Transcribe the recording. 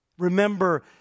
Remember